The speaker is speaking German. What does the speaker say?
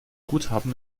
guthaben